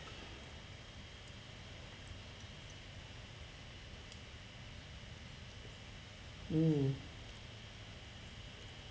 mm